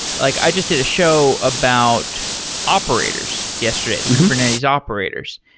like i just did a show about operators yesterday, the kubernetes operators.